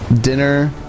dinner